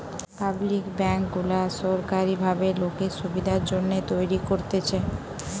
public bank গুলা সোরকারী ভাবে লোকের সুবিধার জন্যে তৈরী করতেছে